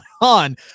on